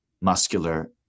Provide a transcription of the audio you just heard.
muscular